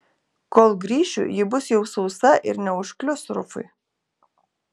kol grįšiu ji bus jau sausa ir neužklius rufui